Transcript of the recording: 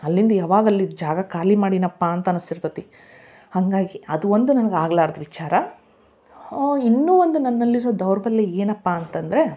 ಅಲ್ಲಿಂದ ಯಾವಾಗ ಅಲ್ಲಿದ ಜಾಗ ಖಾಲಿ ಮಾಡಿನಪ್ಪ ಅಂತ ಅನ್ಸ್ತಿರ್ತೈತಿ ಹಾಗಾಗಿ ಅದು ಒಂದು ನನ್ಗ ಆಗ್ಲಾರದ ವಿಚಾರ ಇನ್ನೂ ಒಂದು ನನ್ನಲಿರೋ ದೌರ್ಬಲ್ಯ ಏನಪ್ಪಾ ಅಂತಂದರೆ